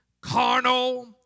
carnal